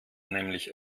nämlich